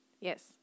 Yes